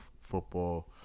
football